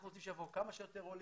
אנחנו רוצים שיבואו כמה שיותר עולים.